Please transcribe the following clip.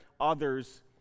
others